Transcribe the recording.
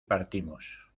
partimos